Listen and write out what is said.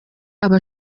aba